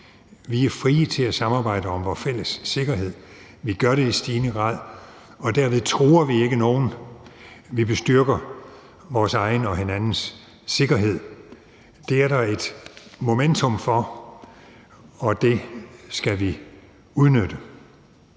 Vi er frie til at samarbejde om vores fælles sikkerhed, vi gør det i stigende grad, og derved truer vi ikke nogen. Vi bestyrker vores egen og hinandens sikkerhed. Det er der et momentum for, og det skal vi udnytte,